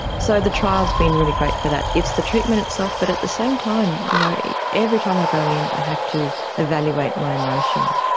so the trial has been really great for that. it's the treatment itself, but at the same time, you know every time i go in i have to evaluate my emotion.